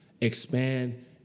Expand